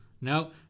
No